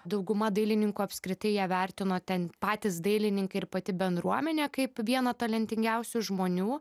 dauguma dailininkų apskritai ją vertino ten patys dailininkai ir pati bendruomenė kaip vieną talentingiausių žmonių